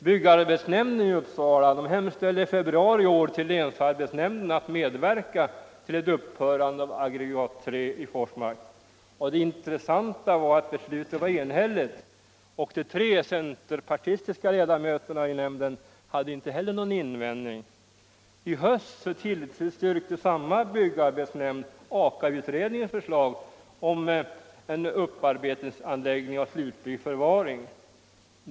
Byggarbetsnämnden i Uppsala hemställde i februari i år om länsarbetsnämndens medverkan till ett uppförande av aggregat 3 i Forsmark, och det intressanta var att beslutet var enhälligt. De tre centerpartistiska Iedamöterna av nämnden hade inte någon invändning. Under hösten tillstyrkte sedan byggarbetsnämnden Aka-utredningens förslag om en upparbetningsaniäggning och slutlig förvaring.